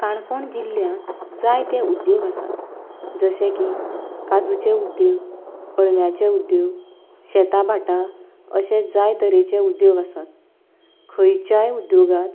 काणकोण जिल्ल्यांत जायते उद्योग आसात जशें की काजूचे उद्योग अळम्याचे उद्योग शेतां भाटां अशें जाय तरेचे उद्योग आसात खंयच्याय उद्योगांत